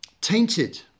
tainted